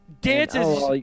Dances